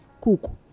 cook